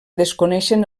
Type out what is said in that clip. desconeixen